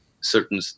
certain